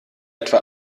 etwa